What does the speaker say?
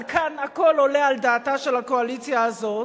אבל כאן הכול עולה על דעתה של הקואליציה הזאת.